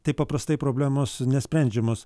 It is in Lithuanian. taip paprastai problemos nesprendžiamos